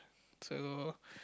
so